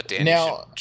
Now